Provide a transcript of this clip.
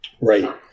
right